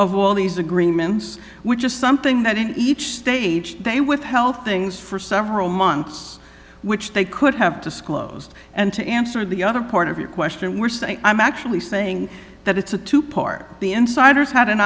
of all these agreements which is something that in each stage they withheld things for several months which they could have disclosed and to answer the other part of your question we're saying i'm actually saying that it's a two part the insiders